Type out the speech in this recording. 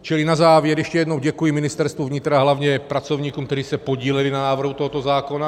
Čili na závěr ještě jednou děkuji Ministerstvu vnitra, hlavně pracovníkům, kteří se podíleli na návrhu tohoto zákona.